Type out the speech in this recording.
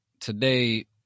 today